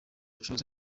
acuruza